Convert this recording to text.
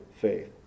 faith